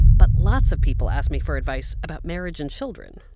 but lots of people ask me for advice about marriage and children.